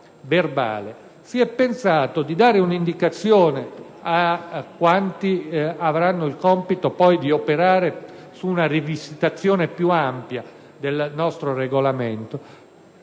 si è pensato di dare una indicazione a quanti avranno il compito di operare su una rivisitazione più ampia del nostro Regolamento,